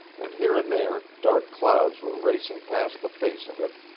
and here and there dark clouds were racing past the face of it,